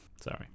sorry